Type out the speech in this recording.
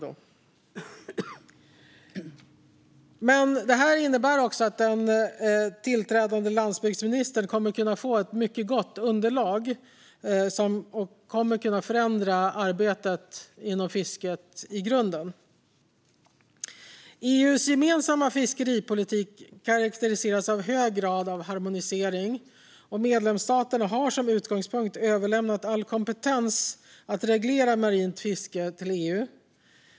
Det här innebär också att den tillträdande landsbygdsministern kommer att kunna få ett mycket gott underlag som kan förändra arbetet inom fisket i grunden. EU:s gemensamma fiskeripolitik karakteriseras av hög grad av harmonisering, och medlemsstaterna har som utgångspunkt överlämnat all kompetens att reglera marint fiske till EU.